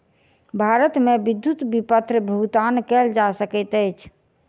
भारत मे विद्युत विपत्र भुगतान कयल जा सकैत अछि